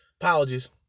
Apologies